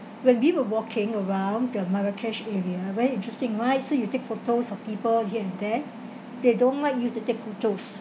when we were walking around the marrakesh area very interesting right so you take photos of people here and there they don't like you to take photos